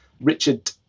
Richard